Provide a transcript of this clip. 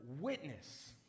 witness